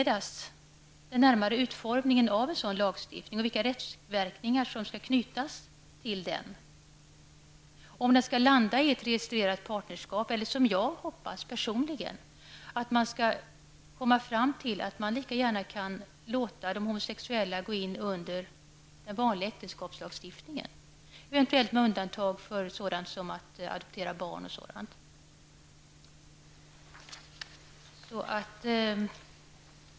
Den närmare utformningen av en sådan lagstiftning och vilka rättsverkningar som skall knytas till den bör utredas. Frågan är om utredningen skall leda fram till ett registrerat partnerskap eller om man, som jag personligen hoppas, skall komma fram till att man lika gärna kan låta de homosexuella gå in under den vanliga äktenskapslagstiftningen, eventuellt med undantag för adoption av barn.